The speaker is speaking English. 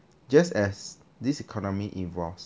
just as this economy evolves